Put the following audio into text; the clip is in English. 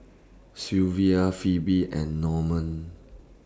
Silvia Phoebe and Normand